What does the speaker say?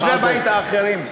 אז יושבי הבית האחרים,